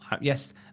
yes